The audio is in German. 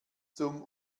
zum